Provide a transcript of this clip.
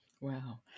Wow